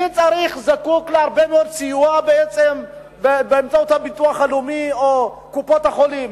מי זקוק להרבה מאוד סיוע באמצעות הביטוח הלאומי או קופות-החולים?